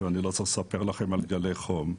ואני לא צריך לספר לכם על גלי חום.